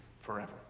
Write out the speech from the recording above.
forever